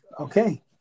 okay